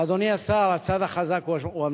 אבל, אדוני השר, הצד החזק הוא המשטרה.